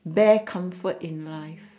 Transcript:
bare comfort in life